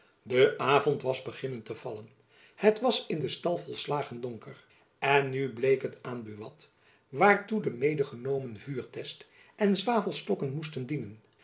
de avond was beginnen te vallen het was in den stal volslagen donker en nu bleek het aan buat waartoe de medegenomen vuurtest en zwavelstokken moesten dienen